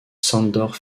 sándor